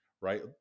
right